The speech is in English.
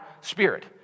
spirit